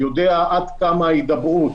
יודע עד כמה ההידברות